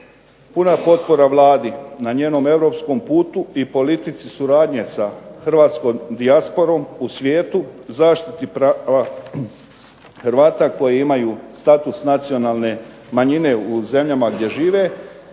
puna potpora Vladi na njenom europskom putu i politici suradnje sa hrvatskom dijasporom u svijetu, zaštiti prava Hrvata koji imaju status nacionalne manjine u zemljama gdje žive